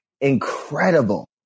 incredible